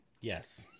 Yes